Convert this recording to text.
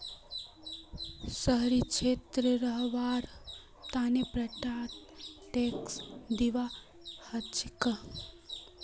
शहरी क्षेत्रत रहबार तने प्रॉपर्टी टैक्स दिबा हछेक